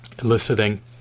eliciting